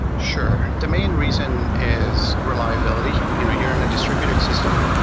sure. the main reason is reliability. you know, you're in a distributed system,